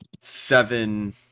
seven